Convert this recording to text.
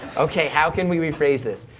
okay, how can we rephrase this?